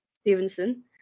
Stevenson